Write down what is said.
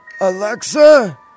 Alexa